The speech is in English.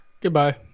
Goodbye